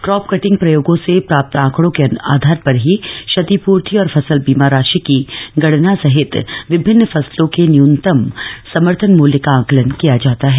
crop cutting प्रयोगों से प्राप्त आंकडों के आधार पर ही क्षतिपूर्ति और फसल बीमा राशि की गणना सहित विभिन्न फसलों के न्यूनतम समर्थन मूल्य का आंकलन किया जाता है